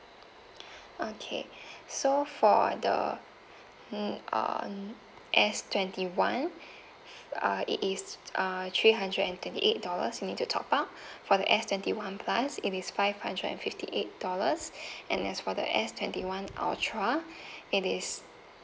okay so for the um uh S twenty one uh it is uh three hundred and twenty eight dollars you need to top up for the S twenty one plus it is five hundred and fifty eight dollars and as for the S twenty one ultra it is